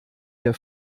der